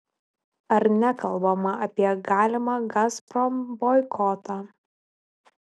ar nekalbama apie galimą gazprom boikotą